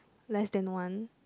less than one